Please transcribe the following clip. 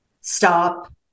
stop